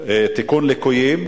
תיקון ליקויים,